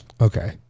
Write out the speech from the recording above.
Okay